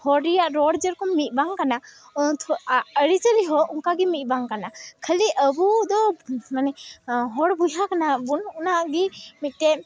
ᱦᱚᱲ ᱨᱮᱭᱟᱜ ᱨᱚᱲ ᱡᱮᱨᱚᱠᱚᱢ ᱢᱤᱫ ᱵᱟᱝ ᱠᱟᱱᱟ ᱟᱹᱨᱤᱪᱟᱹᱞᱤ ᱦᱚᱸ ᱚᱝᱠᱟᱜᱮ ᱢᱤᱫ ᱵᱟᱝ ᱠᱟᱱᱟ ᱠᱷᱟᱹᱞᱤ ᱟᱵᱚᱫᱚ ᱢᱟᱱᱮ ᱦᱚᱲ ᱵᱚᱭᱦᱟ ᱵᱚᱱ ᱚᱱᱟᱜᱮ ᱢᱤᱫᱴᱮᱱ